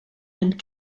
and